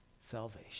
salvation